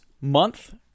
month